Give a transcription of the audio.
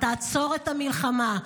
עצור את המלחמה.